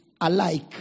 alike